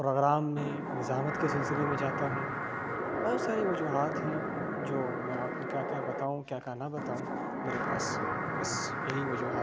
programme میں نظامت کے سلسلے میں جاتا ہوں بہت ساری وجوہات ہیں جو میں آپ کو کیا کیا بتاؤں کیا کیا نہ بتاؤں میرے پاس بس یہی وجوہات